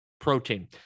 protein